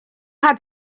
had